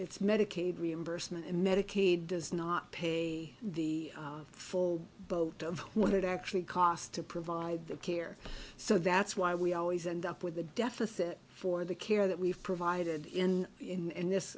it's medicaid reimbursement and medicaid does not pay the full boat of what it actually cost to provide the care so that's why we always end up with a deficit for the care that we've provided and in this